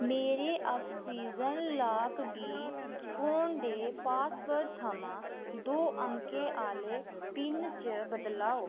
मेरे oxygen lock गी phone दे पासवर्ड थमां दो अंकें आह्ले पिन्न च बदलाओ